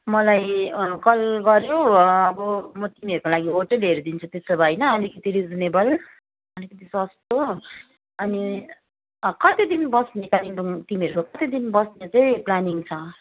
मलाई कल गऱ्यौ अब म तिमीहरूको होटल हेरिदिन्छु त्यसो भए होइन अलिकति रिजनेबल अलिकति सस्तो अनि अँ कति दिन बस्ने कालिम्पोङ तिमीहरू कति दिन बस्ने चाहिँ प्लानिङ छ